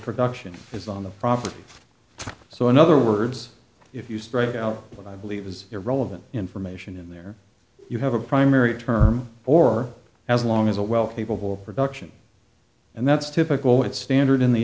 production is on the property so in other words if you strike out what i believe is irrelevant information in there you have a primary term for as long as a well capable production and that's typical it's standard in the